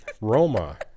Roma